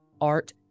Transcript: art